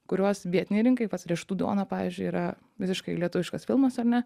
kuriuos vietinei rinkai pas riešutų duoną pavyzdžiui yra visiškai lietuviškas filmas ar ne